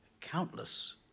countless